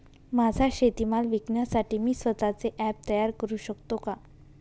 माझा शेतीमाल विकण्यासाठी मी स्वत:चे ॲप तयार करु शकतो का?